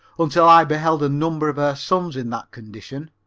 until i beheld a number of her sons in that condition.